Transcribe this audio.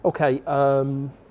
Okay